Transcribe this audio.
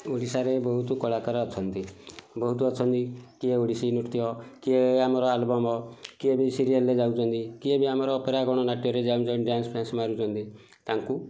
ଓଡ଼ିଶାରେ ବହୁତ କଳାକାର ଅଛନ୍ତି ବହୁତ ଅଛନ୍ତି କିଏ ଓଡ଼ିଶୀ ନୃତ୍ୟ କିଏ ଆମର ଆଲବମ୍ କିଏ ବି ସିରିଏଲ୍ ରେ ଯାଉଛନ୍ତି କିଏ ବି ଆମର ଅପେରା ଗଣନାଟ୍ୟରେ ଯାଉଛନ୍ତି ଡ୍ୟାନ୍ସ ଫ୍ୟାନ୍ସ ମାରୁଛନ୍ତି ତାଙ୍କୁ